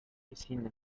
cine